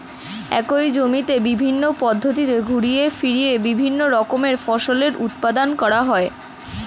একই জমিতে বিভিন্ন পদ্ধতিতে ঘুরিয়ে ফিরিয়ে বিভিন্ন রকমের ফসলের উৎপাদন করা হয়